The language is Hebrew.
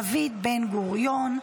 דוד בן-גוריון.